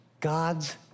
God's